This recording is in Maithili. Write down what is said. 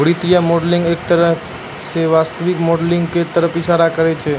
वित्तीय मॉडलिंग एक तरह स वास्तविक मॉडलिंग क तरफ इशारा करै छै